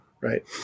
Right